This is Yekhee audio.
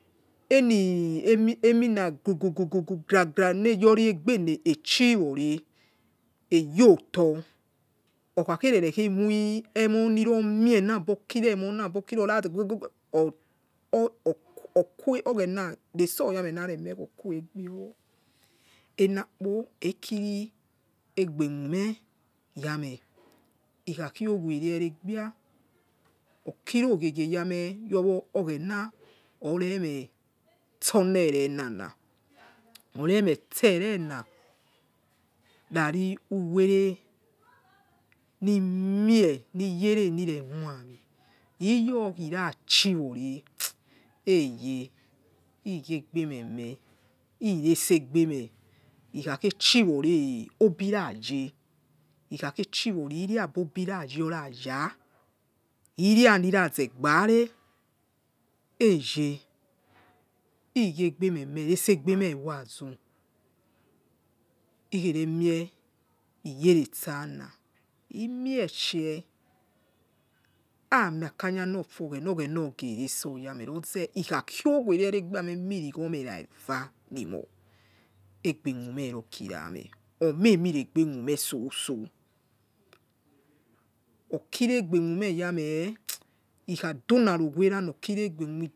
Ele emina gugugara gara leyoi aig ha echi wora eyoto okhagherere mie emoi labi no kiri ogjena itso lamie kre mieokuegbeyo ale kpo aikeai aigbe khume yame ikha kuo fwere eregbia okiki ogie ogie yame ogheni nama iheine itse enena raa uwele limie lere lire khuani iyo ekhu chi wore ko aigheoghegne mie irese aigbe mie ighaghe chi wore abi ranye ireceh kha ye kha ya ila alikho za gbare hegbeme itsese gbeme waazu ighere mie iyere saila renishe aimin aka kha lo fue ofhena oghena oike seso yame ikha khogwere me mie inigwo me ra eva limo aigbe whueme lokira aime oregbe khueme soso ikhadola rukghiere okecigbe khiere yame ikhadolo lo aro ghuirana